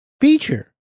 feature